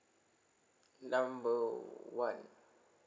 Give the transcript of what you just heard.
number one